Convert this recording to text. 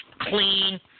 clean